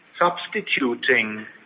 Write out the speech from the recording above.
substituting